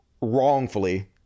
wrongfully